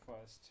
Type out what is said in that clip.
first